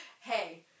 Hey